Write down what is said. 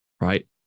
right